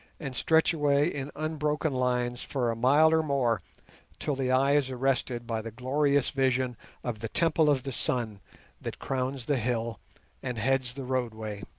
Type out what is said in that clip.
and stretch away in unbroken lines for a mile or more till the eye is arrested by the glorious vision of the temple of the sun that crowns the hill and heads the roadway.